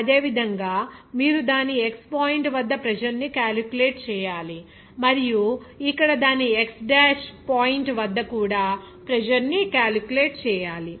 అదేవిధంగా మీరు దాని x పాయింట్ వద్ద ప్రెజర్ ని క్యాలిక్యులేట్ చేయాలి మరియు ఇక్కడ దాని x డాష్ పాయింట్ వద్ద కూడా ప్రెజర్ ని క్యాలిక్యులేట్ చేయాలి